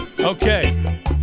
Okay